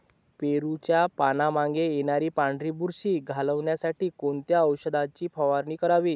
पेरूच्या पानांमागे येणारी पांढरी बुरशी घालवण्यासाठी कोणत्या औषधाची फवारणी करावी?